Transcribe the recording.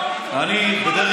אז לכן אני רוצה להגיד לך,